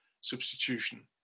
substitution